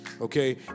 Okay